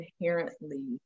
inherently